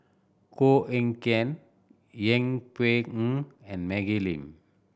Koh Eng Kian Yeng Pway Ngon and Maggie Lim